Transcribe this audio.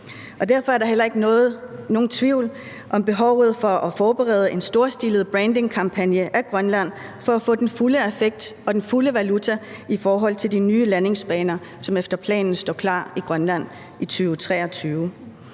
Derfor er der heller ikke nogen tvivl om behovet for at forberede en storstilet brandingkampagne af Grønland for at få den fulde effekt og den fulde valuta i forhold til de nye landingsbaner, som efter planen står klar i Grønland i 2023.